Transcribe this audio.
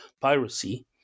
piracy